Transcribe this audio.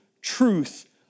truth